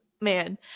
man